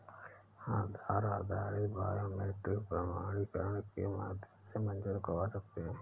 आधार आधारित बायोमेट्रिक प्रमाणीकरण के माध्यम से मंज़ूर करवा सकते हैं